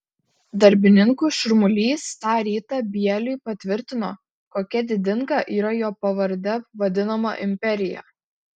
darbininkų šurmulys tą rytą bieliui patvirtino kokia didinga yra jo pavarde vadinama imperija